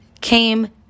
came